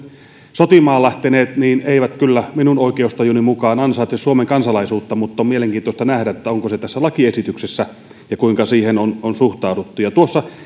sotimaan lähteneet eivät kyllä minun oikeustajuni mukaan ansaitse suomen kansalaisuutta mutta on mielenkiintoista nähdä onko se tässä lakiesityksessä ja kuinka siihen on on suhtauduttu tuossa